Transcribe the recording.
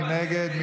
מי נגד?